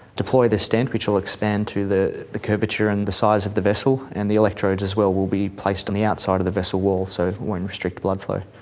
deploy the stent which will expand to the the curvature and the size of the vessel, and the electrodes as well will be placed on the outside of the vessel wall, so it won't restrict blood flow.